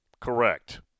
Correct